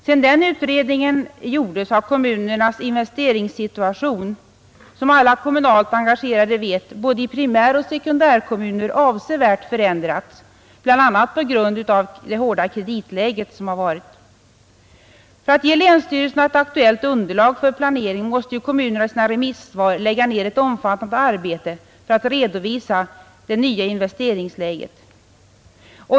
Sedan den utredningen gjordes har kommunernas investeringssituation, som alla kommunalt engagerade vet, i både primäroch sekundärkommunerna avsevärt förändrats bl.a. på grund av det hårda kreditläge som har rått. För att ge länsstyrelserna ett aktuellt underlag för planeringen måste kommunerna i sina remissvar lägga ner ett omfattande arbete på att redovisa det nya investeringsläget.